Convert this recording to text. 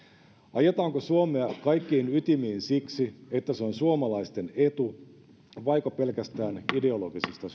ajetaanko suomea kaikkiin ytimiin siksi että se on suomalaisten etu vaiko pelkästään ideologisista